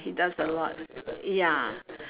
he does a lot ya